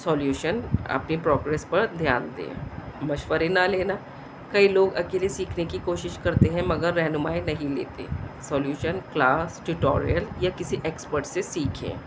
solution اپنے progress پر دھیان دیں مشورے نہ لینا کئی لوگ اکیلے سیکھنے کی کوشش کرتے ہیں مگر رہنمائی نہیں لیتے سولیوشن کلاس ٹیوٹوریل یا کسی ایکسپرٹ سے سیکھیں